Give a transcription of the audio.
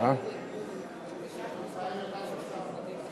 אבל אם הוא מבקש להתנגד לשתיהן,